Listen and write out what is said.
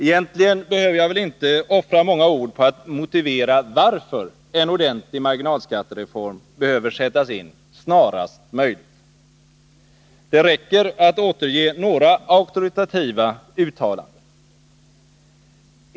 Egentligen behöver jag väl inte offra många ord på att motivera varför en ordentlig marginalskattereform behöver sättas in snarast möjligt. Det räcker att återge några auktoritativa uttalanden.